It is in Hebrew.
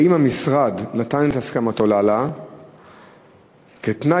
האם המשרד נתן את הסכמתו להעלאה כתנאי